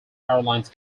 airlines